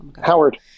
Howard